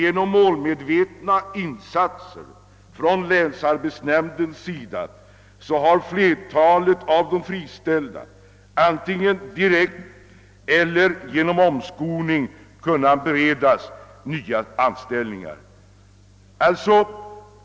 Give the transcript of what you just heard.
Genom målmedvetna insatser från länsarbetsnämndens sida har flertalet av de friställda antingen direkt eller efter omskolning kunnat beredas nya anställningar.